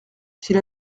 s’il